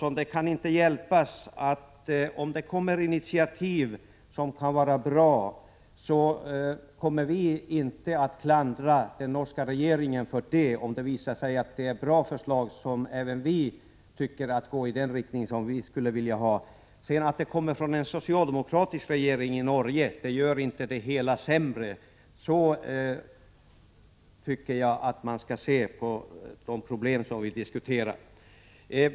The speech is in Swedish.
Om det kommer bra initiativ, Viola Claesson, skall vi inte klandra den norska regeringen för det, om det dessutom visar sig att förslagen går i samma riktning som vi skulle vilja ha det. Att förslagen kommer från en socialdemokratisk regering i Norge gör inte det hela sämre. Så tycker jag att vi skall se på de problem som vi nu diskuterar.